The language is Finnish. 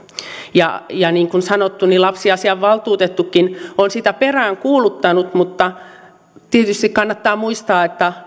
tehty ja niin kuin sanottu lapsiasiavaltuutettukin on sitä peräänkuuluttanut mutta tietysti kannattaa muistaa että